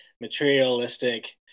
materialistic